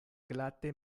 glate